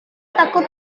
takut